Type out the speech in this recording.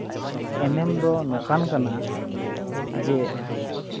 ᱮᱱᱮᱢ ᱫᱚ ᱱᱚᱝᱠᱟᱱ ᱠᱟᱱᱟ ᱡᱮ